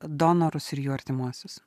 donorus ir jų artimuosius